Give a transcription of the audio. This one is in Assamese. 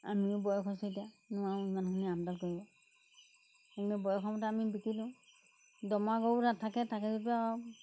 আৰু মোৰো বয়স হৈছে এতিয়া নোৱাৰোঁ ইমানখিনি আপডাল কৰিব সেইখিনি বয়স হওঁতে আমি বিকি দিওঁ দমৰা গৰু নাথাকে থাকে যদিও আৰু